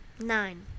Nine